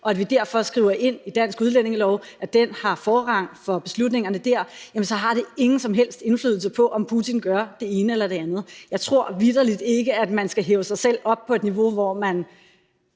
og at vi derfor skriver ind i dansk udlændingelovgivning, at den har forrang i beslutningerne dér, så har det ingen som helst indflydelse på, om Putin gør det ene eller det andet. Jeg tror vitterlig ikke, at man skal hæve sig selv op på et niveau, hvor man